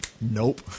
nope